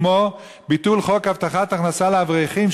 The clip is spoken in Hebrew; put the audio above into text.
כמו ביטול חוק הבטחת הכנסה לאברכים,